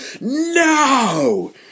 No